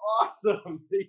awesome